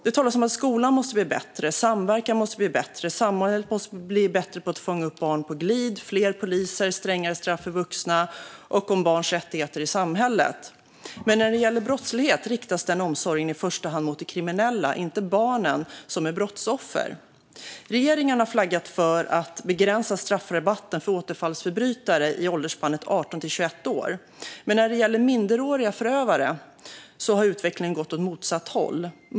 Det talas om att skolan måste bli bättre, att samverkan måste bli bättre och att samhället måste bli bättre på att fånga upp barn på glid. Det talas om fler poliser, om strängare straff för vuxna och om barns rättigheter i samhället. Men när det gäller brottslighet riktas omsorgen i första hand mot kriminella och inte mot de barn som är brottsoffer. Regeringen har flaggat för att begränsa straffrabatten för återfallsförbrytare i åldersspannet 18-20 år, men när det gäller minderåriga förövare har utvecklingen gått åt motsatt håll.